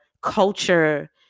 culture